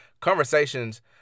conversations